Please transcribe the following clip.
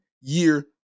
year